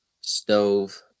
stove